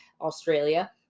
Australia